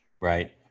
right